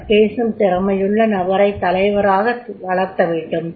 அவ்வாறு பேசும் திறமையுள்ள நபரைத் தலைவராக வளர்த்தவேண்டும்